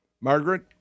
Margaret